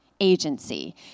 agency